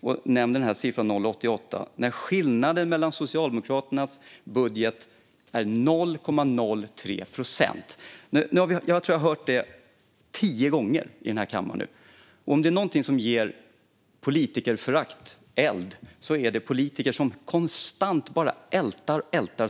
och nämner siffran 0,88 fast skillnaden mot Socialdemokraternas budget bara är 0,03 procentenheter. Jag tror att jag har hört det tio gånger här i kammaren nu, och om det är någonting som ger eld åt politikerföraktet är det politiker som konstant bara ältar saker.